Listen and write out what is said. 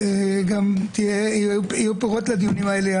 ויהיו פירות לדיונים האלה.